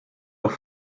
doch